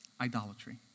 idolatry